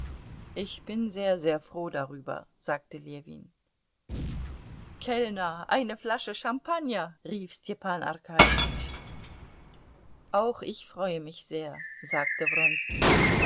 ich bin sehr sehr froh darüber sagte ljewin kellner eine flasche champagner rief stepan arkadjewitsch auch ich freue mich sehr sagte